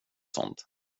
sånt